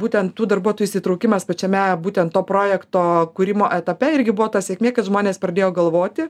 būtent tų darbuotojų įsitraukimas pačiame būtent to projekto kūrimo etape irgi buvo ta sėkmė kad žmonės pradėjo galvoti